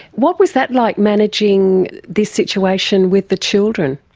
what was that like, managing this situation with the children?